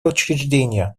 учреждения